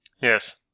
Yes